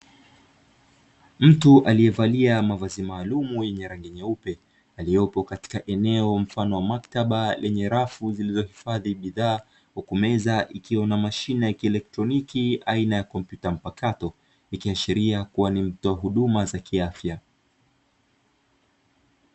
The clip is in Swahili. Mtu aliyevalia mavazi maalumu yenye rangi nyeupe aliyopo katika eneo mfano wa maktaba yenye rafu zilizohifadhi bidhaa huku meza ikiwa na mashine ya kielektroniki aina ya kompyuta mpakato ikiashiria kuwa ni mtoa huduma za kiafya.